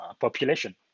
population